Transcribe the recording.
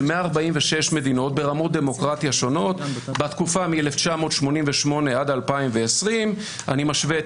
146 מדינות ברמות דמוקרטיה שונות בתקופה מ-1988 עד 2020. אני משווה את